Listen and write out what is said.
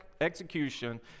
execution